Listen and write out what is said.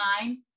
mind